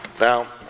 Now